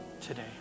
today